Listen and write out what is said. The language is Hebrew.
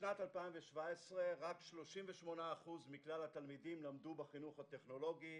בשנת 2017 רק 38% מכלל התלמידים למדו בחינוך הטכנולוגי.